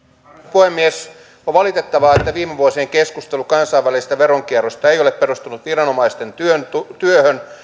puhemies on valitettavaa että viime vuosien keskustelu kansainvälisestä veronkierrosta ei ole perustunut viranomaisten työhön työhön